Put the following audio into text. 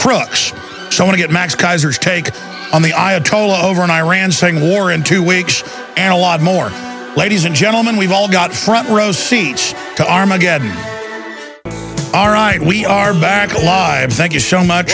to get max kaiser to take on the ayatollah over in iran saying war in two weeks and a lot more ladies and gentlemen we've all got front row seats to armageddon all right we are back alive thank you so much